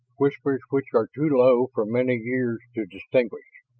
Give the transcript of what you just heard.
whispers which are too low for many ears to distinguish.